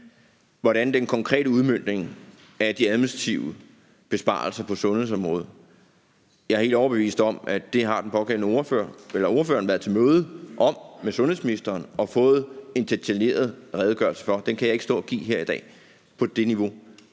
Hvad angår den konkrete udmøntning af de administrative besparelser på sundhedsområdet, er jeg egentlig overbevist om, at det har den pågældende ordfører været til møde om med sundhedsministeren og fået en detaljeret redegørelse for. Den kan jeg ikke stå og give her i dag på det niveau.